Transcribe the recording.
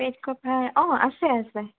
bedcover অঁ আছে আছে